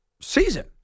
season